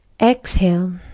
exhale